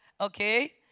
Okay